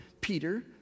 Peter